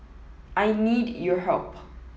I need your help